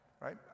right